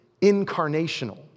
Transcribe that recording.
incarnational